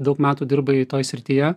daug metų dirbai toj srityje